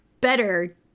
better